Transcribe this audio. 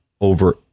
over